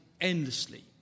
endlessly